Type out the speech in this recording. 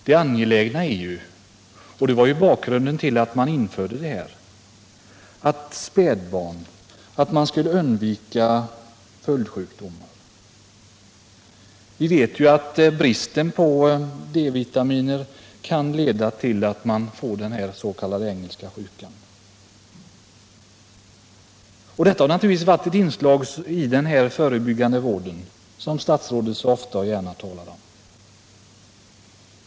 Det angelägna är ju — och det var bakgrunden till att man införde gratisutdelningen — att undvika följdsjukdomar hos spädbarn; vi vet att brist på D-vitamin kan leda till den s.k. Engelska sjukan. Detta har naturligtvis varit ett inslag i den förebyggande vård som statsrådet så ofta och gärna talar om.